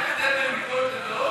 בין ביקורת לטרור?